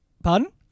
Pardon